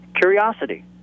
curiosity